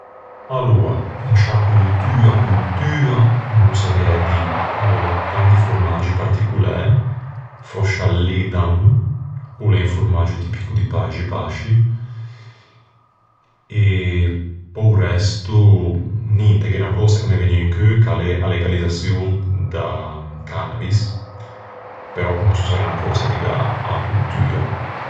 Aloa, in sciâ coltua, coltua, no saviæ dî. Gh'an di formaggi particolæ. Fòscia l'edam o l'é un formaggio tipico di Paixi Basci. E pe-o resto ninte, gh'é unna cösa ch'a me vëgne in cheu, ch'a l'é a legalizzaçion da cannabis. Però no sò s'a l'é unna cösa ligâ a-a coltua.